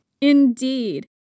Indeed